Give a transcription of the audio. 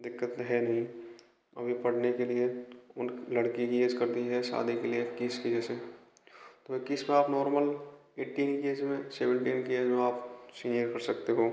दिक्कत है नहीं अभी पढ़ने के लिए उन लड़की की एज कर दी है शादी के लिए इक्कीस की जैसे तो इक्कीस में आप नॉर्मल एटीन की एज में सेवेन्टीन की एज़ में आप सीनियर कर सकते हो